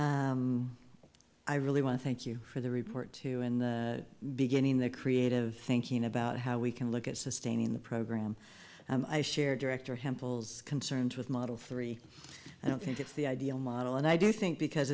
know i really want to thank you for the report too in the beginning that creative thinking about how we can look at sustaining the program i share director hempel's concerned with model three i don't think it's the ideal model and i do think because